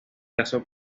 casó